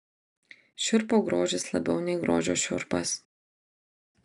šiurpo grožis labiau nei grožio šiurpas